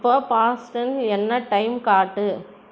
இப்போ பாஸ்டன் என்ன டைம் காட்டு